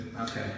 Okay